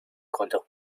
grandeur